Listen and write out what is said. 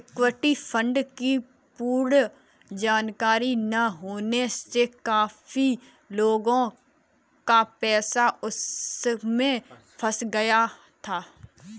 equity fund की पूर्ण जानकारी ना होने से काफी लोगों का पैसा उसमें फंस गया था